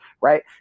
right